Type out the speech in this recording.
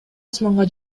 асманга